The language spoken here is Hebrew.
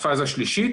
הפאזה השלישית,